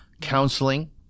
counseling